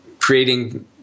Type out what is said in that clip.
creating